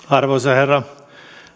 arvoisa herra